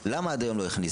למה עד היום לא הכניסו?